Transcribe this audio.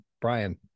Brian